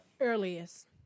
earliest